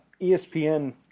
ESPN